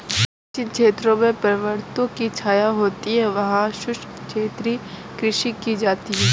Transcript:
जिन क्षेत्रों में पर्वतों की छाया होती है वहां शुष्क क्षेत्रीय कृषि की जाती है